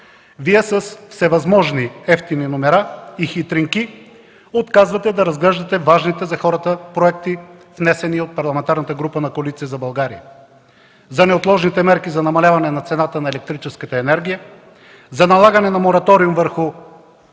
Вие с всевъзможни евтини номера и хитринки отказвате да разглеждате важните за хората проекти, внесени от Парламентарната група на Коалиция за България – за неотложните мерки за намаляване на цената на електрическата енергия; за налагане на мораториум върху